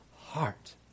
heart